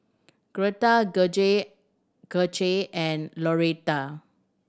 Gretta Gage Gage and Loretta